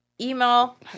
Email